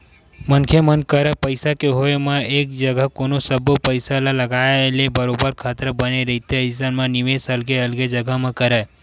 मनखे मन करा पइसा के होय म एक जघा कोनो सब्बो पइसा ल लगाए ले बरोबर खतरा बने रहिथे अइसन म निवेस अलगे अलगे जघा म करय